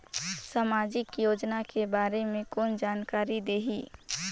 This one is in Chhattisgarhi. समाजिक योजना के बारे मे कोन जानकारी देही?